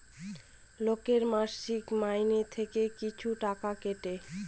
লোকের মাসিক মাইনে থেকে কিছু টাকা কাটে